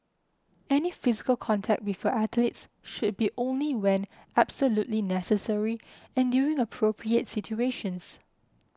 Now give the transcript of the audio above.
any physical contact with your athletes should be only when absolutely necessary and during appropriate situations